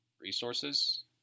resources